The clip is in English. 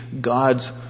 God's